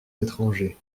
étrangers